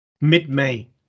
mid-May